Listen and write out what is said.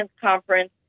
conference